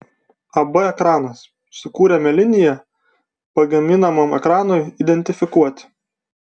ab ekranas sukūrėme liniją pagaminamam ekranui identifikuoti